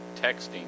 texting